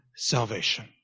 Salvation